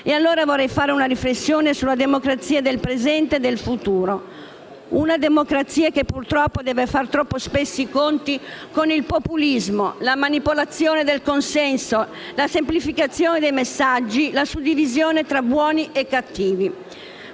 allora, fare una riflessione sulla democrazia del presente e del futuro: una democrazia che, purtroppo, deve fare troppo spesso i conti con il populismo, la manipolazione del consenso, la semplificazione dei messaggi, la suddivisione tra buoni e cattivi.